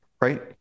right